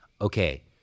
okay